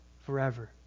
forever